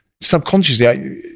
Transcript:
subconsciously